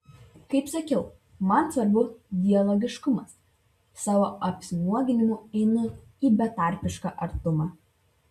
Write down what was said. kaip sakiau man svarbu dialogiškumas savo apsinuoginimu einu į betarpišką artumą